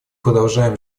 продолжаем